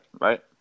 right